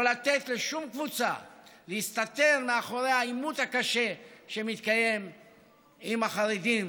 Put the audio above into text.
לא לתת לשום קבוצה להסתתר מאחורי העימות הקשה שמתקיים עם החרדים.